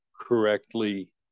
correctly